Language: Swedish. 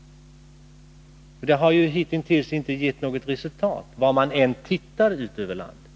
Detta har ju hitintills inte gett något resultat, var man än tittar ut över landet.